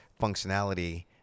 functionality